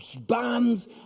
bands